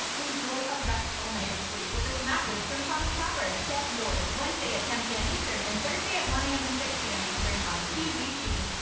enjoy a restful night of and sleep with this mattress from tommie copper get yours, wednesday at ten pm eastern and thursday at one am and six pm eastern on qvc.